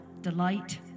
delight